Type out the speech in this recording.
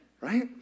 Right